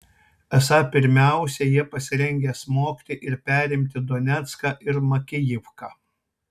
esą pirmiausia jie pasirengę smogti ir perimti donecką ir makijivką